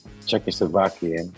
Czechoslovakian